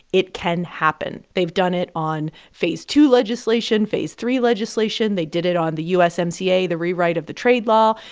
it can happen. they've done it on phase two legislation, phase three legislation. they did it on the usmca, the rewrite of the trade law.